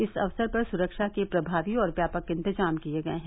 इस अवसर पर सुरक्षा के प्रभावी और व्यापक इन्तज़ाम किये गये हैं